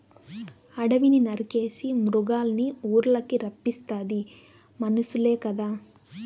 అడివిని నరికేసి మృగాల్నిఊర్లకి రప్పిస్తాది మనుసులే కదా